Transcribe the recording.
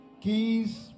Keys